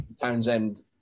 Townsend